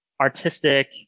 artistic